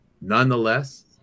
Nonetheless